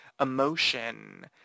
emotion